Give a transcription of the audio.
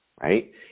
right